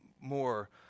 more